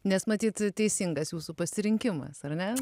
nes matyt teisingas jūsų pasirinkimas ar ne